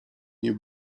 nie